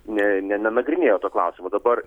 ne ne nenagrinėjo to klausimo dabar